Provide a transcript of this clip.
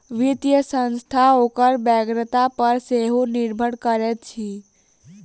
वित्तीय संस्था ओकर बेगरता पर सेहो निर्भर करैत अछि